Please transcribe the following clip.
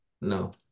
No